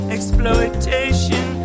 Exploitation